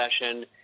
session